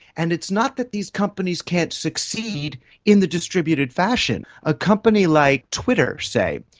and it's not that these companies can't succeed in the distributed fashion. a company like twitter, say,